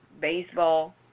baseball